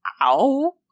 Ow